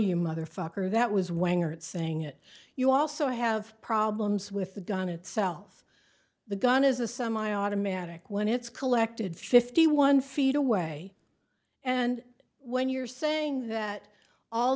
you motherfucker that was when you're saying it you also have problems with the gun itself the gun is a semi automatic when it's collected fifty one feet away and when you're saying that all